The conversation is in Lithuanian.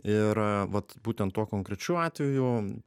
ir vat būtent tuo konkrečiu atveju